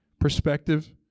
perspective